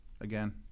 Again